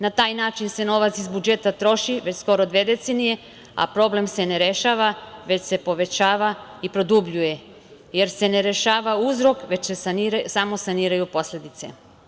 Na taj način se novac iz budžeta troši već skoro dve decenije, a problem se ne rešava, već se povećava i produbljuje, jer se ne rešava uzrok, već se samo saniraju posledice.